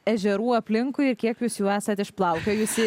ežerų aplinkui ir kiek jūs jau esat išplaukiojusi